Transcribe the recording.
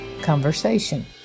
conversation